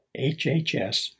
HHS